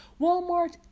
Walmart